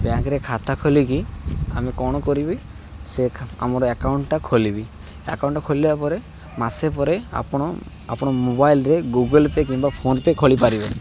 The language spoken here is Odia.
ବ୍ୟାଙ୍କ୍ରେ ଖାତା ଖୋଲିକି ଆମେ କ'ଣ କରିବି ସେ ଆମର ଆକାଉଣ୍ଟ୍ଟା ଖୋଲିବି ଆକାଉଣ୍ଟ୍ଟା ଖୋଲିଲା ପରେ ମାସେ ପରେ ଆପଣ ଆପଣ ମୋବାଇଲ୍ରେ ଗୁଗୁଲ୍ ପେ କିମ୍ବା ଫୋନ୍ପେ ଖୋଲି ପାରିବେ